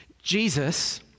Jesus